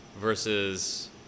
versus